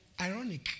ironic